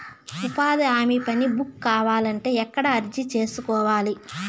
ఉపాధి హామీ పని బుక్ కావాలంటే ఎక్కడ అర్జీ సేసుకోవాలి?